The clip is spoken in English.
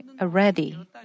already